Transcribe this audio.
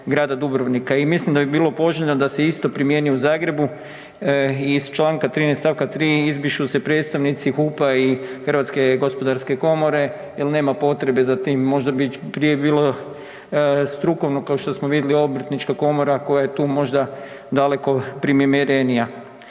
grada Dubrovnika i mislim da bi bilo poželjno da se isto primijeni u Zagrebu i iz čl. 13. stavka 3. izbrišu se predstavnici HUP-a i HGK-a jer nema potreba potrebe za tim, možda prije bilo strukovno kao što smo vidjeli, Obrtnička komora koja je tu možda daleko primjerenija.